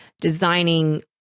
designing